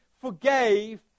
forgave